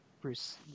bruce